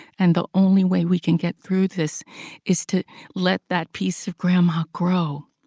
and the only way we can get through this is to let that piece of grandma grow.